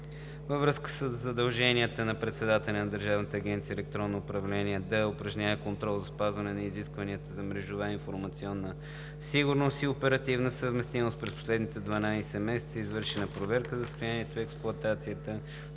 Във връзка със задълженията на председателя на Държавна агенция „Електронно управление“ да упражнява контрол за спазване на изискванията за мрежова и информационна сигурност и оперативна съвместимост през последните 12 месеца е извършена проверка на състоянието и експлоатацията